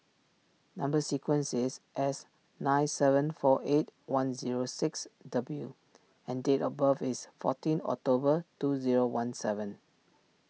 Number Sequence is S nine seven four eight one zero six W and date of birth is fourteen October two zero one seven